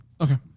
Okay